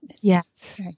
Yes